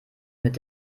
mit